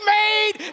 made